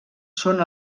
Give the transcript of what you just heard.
són